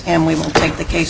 and we will make the case